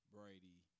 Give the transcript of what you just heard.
Brady